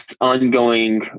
ongoing